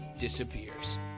disappears